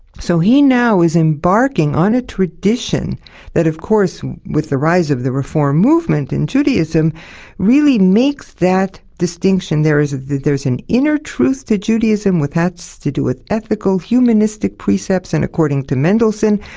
so he now is embarking on a tradition that, of course, with the rise of the reform movement in judaism really makes that distinction there is there is an inner truth to judaism that's to do with ethical, humanistic precepts and, according to mendelssohn,